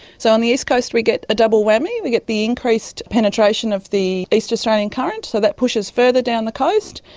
so on the east coast we get a double whammy, we get the increased penetration of the east australian current, so that pushes further down the coast,